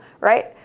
right